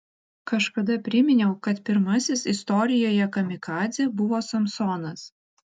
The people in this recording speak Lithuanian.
kažkada priminiau kad pirmasis istorijoje kamikadzė buvo samsonas